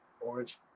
Orange